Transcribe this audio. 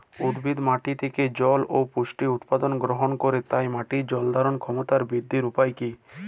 উদ্ভিদ মাটি থেকে জল ও পুষ্টি উপাদান গ্রহণ করে তাই মাটির জল ধারণ ক্ষমতার বৃদ্ধির উপায় কী?